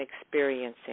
experiencing